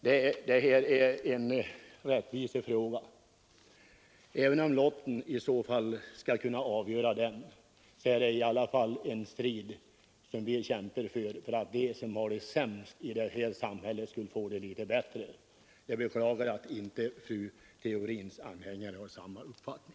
Detta är en rättvisefråga. Även om det blir lotten som får avgöra, kämpar vi en strid för att de som har det sämst i samhället skall få det litet bättre. Jag beklagar att fru Theorins anhängare inte har samma uppfattning.